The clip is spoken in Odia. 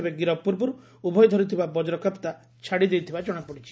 ତେବେ ଗିରଫ ପୂର୍ବରୁ ଉଭୟ ଧରିଥିବା ବଜ୍ରକାପ୍ତା ଛାଡ଼ିଦେଇଥିବା ଜଣାପଡିଛି